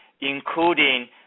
including